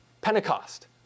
Pentecost